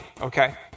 okay